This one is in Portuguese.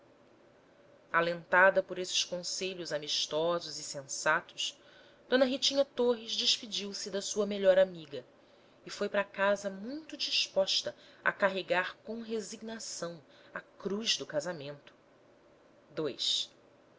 difícil alentada por esses conselhos amistosos e sensatos d ritinha torres despediu-se da sua melhor amiga e foi para casa muito disposta a carregar com resignação a cruz do casamento